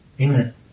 Amen